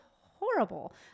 horrible